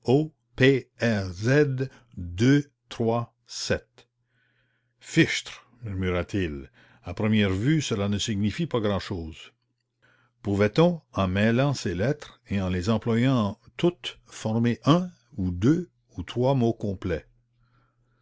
fichtre murmura-t-il à première vue cela ne signifie pas grand-chose pouvait-on en mêlant ces lettres et en les employant toutes former un ou deux ou trois mots complets